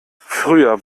früher